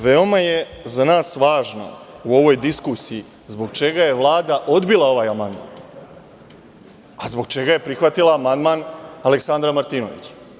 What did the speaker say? Veoma je za nas važno u ovoj diskusiji zbog čega je Vlada odbila ovaj amandman, a zbog čega je prihvatila amandman Aleksandra Martinovića.